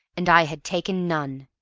and i had taken none.